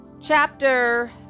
chapter